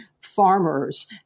farmers